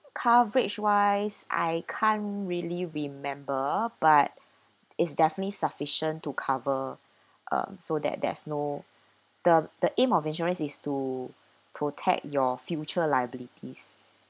coverage wise I can't really remember but is definitely sufficient to cover um so that there's no the the aim of insurance is to protect your future liabilities